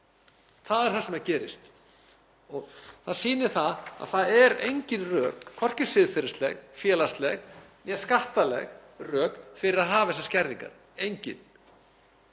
Það er það sem gerist. Það sýnir að það eru engin rök, hvorki siðferðisleg, félagsleg né skattaleg rök fyrir því að hafa þessar skerðingar, engin.